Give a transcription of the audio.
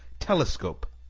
telescope,